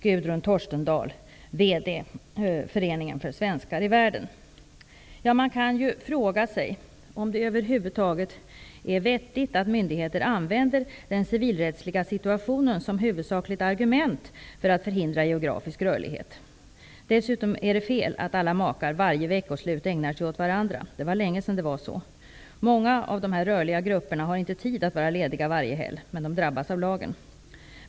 Brevet är skrivet av Gudrun Torstendahl, VD för Man kan fråga sig om det över huvud taget är vettigt att myndigheter använder den civilrättsliga situationen som huvudsakligt argument för att förhindra geografisk rörlighet. Det är dessutom fel att förutsätta att alla makar ägnar sig åt varandra varje veckoslut. Det var länge sedan det var så. Många människor ur dessa rörliga grupper har inte tid att vara lediga varje helg, men de drabbas av lagen.